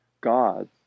God